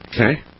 Okay